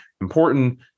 important